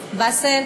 באסל?